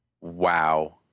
wow